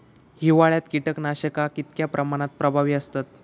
हिवाळ्यात कीटकनाशका कीतक्या प्रमाणात प्रभावी असतत?